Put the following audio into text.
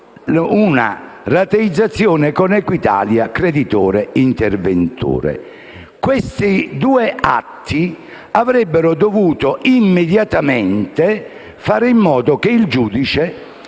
una rateizzazione con Equitalia creditore interveniente. Questi due atti avrebbero dovuto immediatamente fare in modo che il giudice